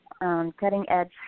cutting-edge